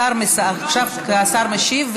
השר משיב,